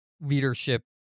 leadership